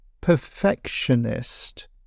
perfectionist